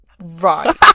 Right